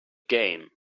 gain